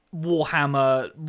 Warhammer